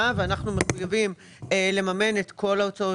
ואנחנו מחויבים לממן את כל ההוצאות,